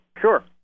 Sure